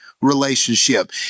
relationship